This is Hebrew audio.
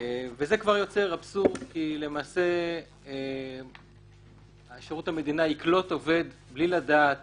וזה כבר יוצר אבסורד כי למעשה שירות המדינה יקלוט עובד בלי לדעת